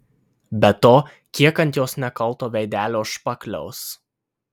be to kiek ant jos nekalto veidelio špakliaus